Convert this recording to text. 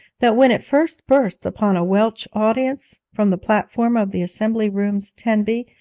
that when it first burst upon a welsh audience, from the platform of the assembly rooms, tenby,